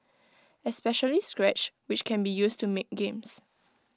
especially scratch which can be used to make games